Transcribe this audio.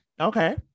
Okay